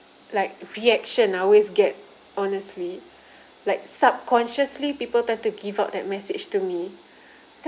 like reaction I always get honestly like subconsciously people tend to give out that message to me